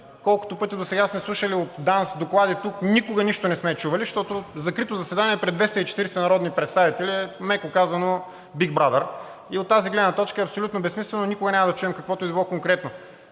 Колкото пъти досега сме слушали от ДАНС доклади тук, никога нищо не сме чували, защото закрити заседания пред 240 народни представители е, меко казано, Биг Брадър и от тази гледна точка е абсолютно безсмислено и никога няма да чуем каквото и да било конкретно.